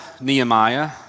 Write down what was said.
Nehemiah